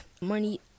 money